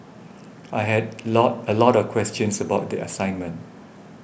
I had lot a lot of questions about the assignment